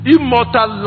Immortal